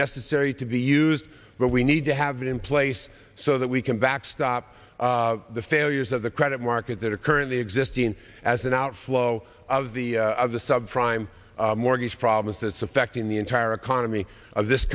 necessary to be used but we need to have it in place so that we can backstop the failures of the credit markets that are currently existing as an outflow of the of the subprime mortgage problems that's affecting the entire economy of this